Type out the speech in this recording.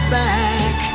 back